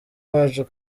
wacu